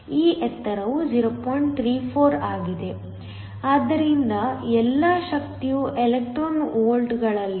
34 ಆಗಿದೆ ಆದ್ದರಿಂದ ಎಲ್ಲಾ ಶಕ್ತಿಯು ಎಲೆಕ್ಟ್ರಾನ್ ವೋಲ್ಟ್ಗಳಲ್ಲಿದೆ